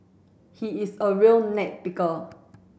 he is a real neck picker